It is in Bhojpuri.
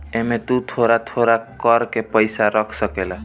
एमे तु थोड़ा थोड़ा कर के पईसा रख सकेल